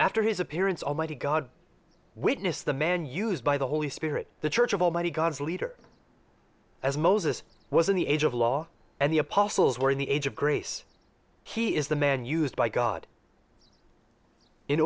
after his appearance almighty god witnessed the man used by the holy spirit the church of almighty god's leader as moses was in the age of law and the apostles were in the age of grace he is the man used by god in